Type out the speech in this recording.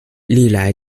历来